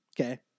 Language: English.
okay